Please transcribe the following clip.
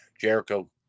Jericho